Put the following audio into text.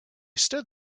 stood